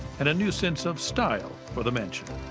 and a new sense of style for the mansion.